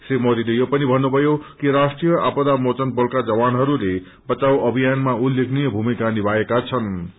श्री मोदीले यो पनि भन्नुभयो कि राष्ट्रिय आपदा मोचन बलका जवानहरूले बवाव अभियानमा उल्लेखलय भूमिका निभाएका छनृ